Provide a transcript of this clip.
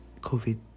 COVID